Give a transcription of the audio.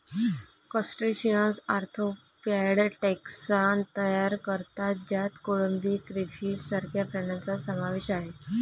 crustaceans arthropod taxon तयार करतात ज्यात कोळंबी, क्रेफिश सारख्या प्राण्यांचा समावेश आहे